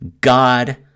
God